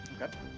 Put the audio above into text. Okay